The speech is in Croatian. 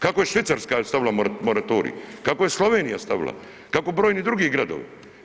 Kako je Švicarska stavila moratorij, kako je Slovenija stavila, kako brojni drugi gradovi?